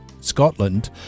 Scotland